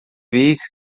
vez